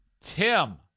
Tim